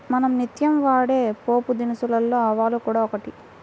మనం నిత్యం వాడే పోపుదినుసులలో ఆవాలు కూడా ఒకటి